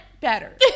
better